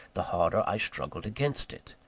the harder i struggled against it.